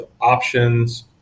options